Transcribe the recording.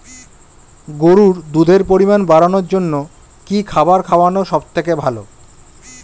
গরুর দুধের পরিমাণ বাড়ানোর জন্য কি খাবার খাওয়ানো সবথেকে ভালো?